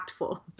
impactful